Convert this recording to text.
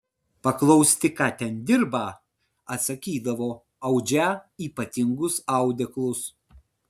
paklausti ką ten dirbą atsakydavo audžią ypatingus audeklus